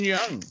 Young